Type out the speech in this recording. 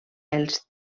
els